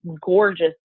gorgeous